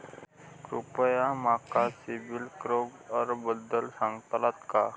कृपया माका सिबिल स्कोअरबद्दल सांगताल का?